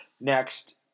Next